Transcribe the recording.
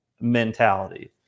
mentality